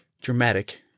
dramatic